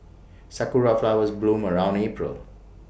Sakura Flowers bloom around April